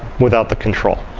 without the control.